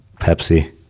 Pepsi